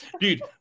dude